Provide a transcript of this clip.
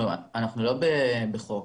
אנחנו לא בחוק.